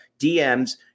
DMs